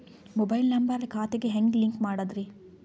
Mobile number ಖಾತೆ ಗೆ ಹೆಂಗ್ ಲಿಂಕ್ ಮಾಡದ್ರಿ?